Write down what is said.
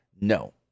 No